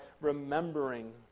remembering